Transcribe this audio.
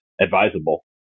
advisable